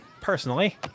personally